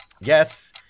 Yes